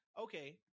Okay